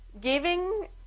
giving